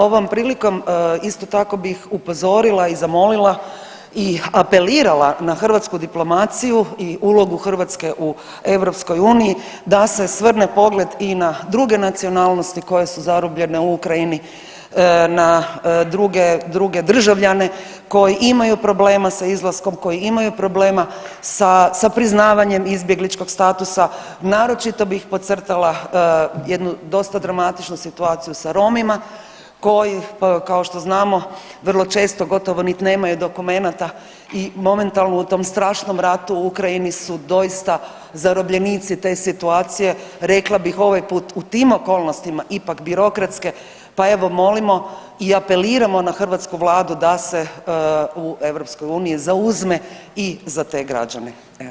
Ovom prilikom isto tako bih upozorila i zamolila i apelirala na hrvatsku diplomaciju i ulogu Hrvatske u EU da se svrne pogled i na druge nacionalnosti koje su zarobljene u Ukrajini, na druge, druge državljane koji imaju problema sa izlaskom, koji imaju problema sa, sa priznavanjem izbjegličkog statusa, naročito bih podcrtala jednu dosta dramatičnu situaciju sa Romima koji kao što znamo vrlo često gotovo niti nemaju dokumenata i momentalno u tom strašnom ratu u Ukrajini su doista zarobljenici te situacija, rekla bih ovaj put u tim okolnostima ipak birokratske, pa evo molimo i apeliramo na hrvatsku vladu da se u EU zauzme i za te građane.